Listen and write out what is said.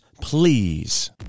please